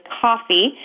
coffee